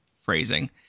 phrasing